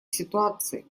ситуации